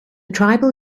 tribal